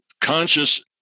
conscious